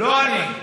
לא אני.